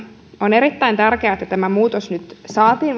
on erittäin tärkeää että tämä muutos nyt saatiin vaikka